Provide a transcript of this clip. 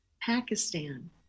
Pakistan